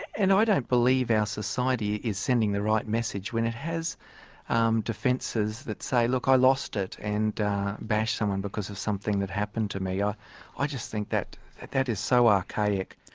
and i don't believe our society is sending the right message when it has defences that say, look i lost it, and bashed someone because of something that happened to me. ah i just think that that is so archaic.